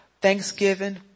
Thanksgiving